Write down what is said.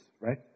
right